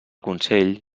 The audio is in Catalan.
consell